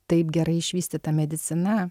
taip gerai išvystyta medicina